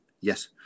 yes